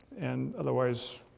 and otherwise,